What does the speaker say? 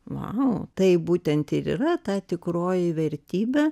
vau tai būtent yra ta tikroji vertybė